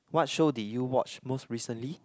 what show did you watch most recently